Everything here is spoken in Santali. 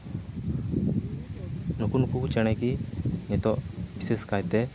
ᱱᱩᱠᱩ ᱱᱩᱠᱩ ᱪᱮᱬᱮ ᱜᱮ ᱱᱤᱛᱳᱜ ᱵᱤᱥᱮᱥ ᱠᱟᱭᱛᱮ